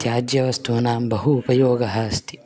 त्याज्यवस्तूनां बहु उपयोगः अस्ति